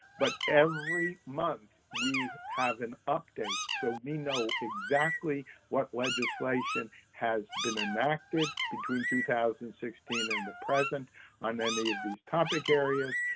but every month, we have an update, so we know exactly what legislation has been enacted between two thousand and sixteen and the present on any of these topic areas,